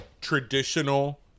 traditional